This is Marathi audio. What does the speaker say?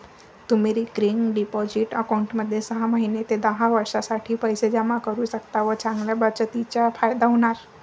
तुम्ही रिकरिंग डिपॉझिट अकाउंटमध्ये सहा महिने ते दहा वर्षांसाठी पैसे जमा करू शकता व चांगल्या बचतीचा फायदा होणार